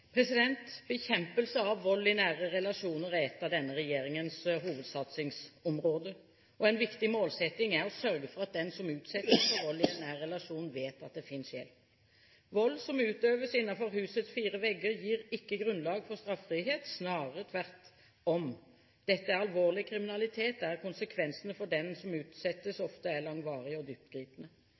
Bekjempelse av vold i nære relasjoner er et av denne regjeringens hovedsatsingsområder. En viktig målsetting er å sørge for at den som utsettes for vold i en nær relasjon, vet at det finnes hjelp. Vold som utøves innenfor husets fire vegger, gir ikke grunnlag for straffrihet, snarere tvert om. Dette er alvorlig kriminalitet der konsekvensene for den som utsettes, ofte er langvarige og dyptgripende.